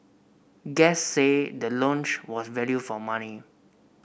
guests said the lounge was value for money